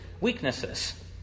weaknesses